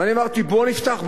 ואני אמרתי: בואו נפתח,